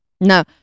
No